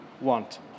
want